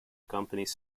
companies